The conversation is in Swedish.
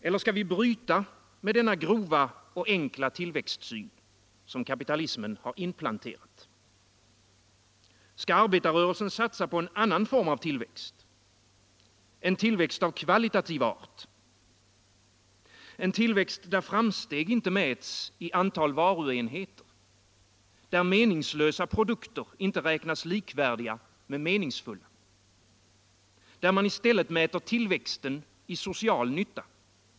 Eller skall vi bryta med denna grova och enkla tillväxtsyn, som kapitalismen har inplanterat? Skall arbetarrörelsen satsa på en annan form av tillväxt? En tillväxt av kvalitativ art. En tillväxt, där framsteg inte mäts i antal varuenheter, där meningslösa produkter inte räknas likvärdiga med meningsfulla. Där man i stället mäter tillväxten i social nytta.